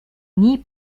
nie